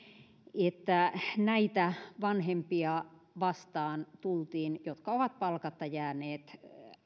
että tultiin näitä vanhempia vastaan jotka ovat palkatta jääneet